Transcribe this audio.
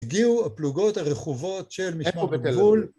הגיעו הפלוגות הרכובות של משמר הגבול